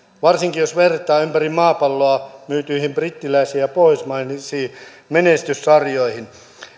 varsinkin jos vertaa ympäri maapalloa myytyihin brittiläisiin ja pohjoismaisiin menestyssarjoihin